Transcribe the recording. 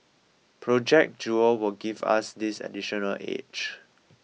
project jewel will give us this additional edge